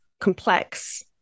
complex